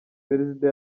perezida